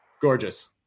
gorgeous